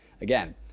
Again